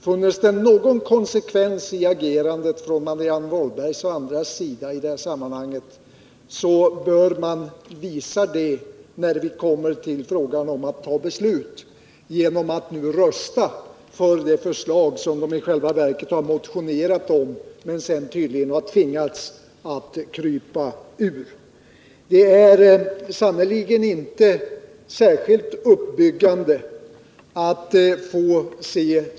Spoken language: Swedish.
Finns det någon konsekvens i Marianne Wahlbergs och andra folkpartisters agerande i detta sammanhang bör de visa det genom att, när vi kommer till beslut, rösta för det förslag som de i själva verket har framfört i sin motion men som de sedan tydligen har tvingats krypa ifrån.